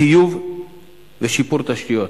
טיוב ושיפור תשתיות,